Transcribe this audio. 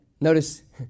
Notice